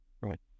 Right